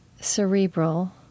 cerebral